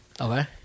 Okay